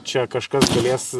čia kažkas turės